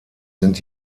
sind